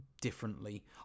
differently